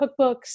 cookbooks